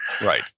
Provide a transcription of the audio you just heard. Right